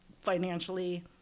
financially